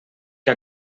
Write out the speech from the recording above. que